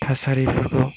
थासारिफोरखौ